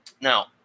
Now